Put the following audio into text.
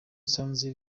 nsanze